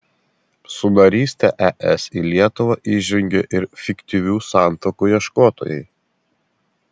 su naryste es į lietuvą įžengė ir fiktyvių santuokų ieškotojai